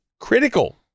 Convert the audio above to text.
Critical